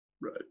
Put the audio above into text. Right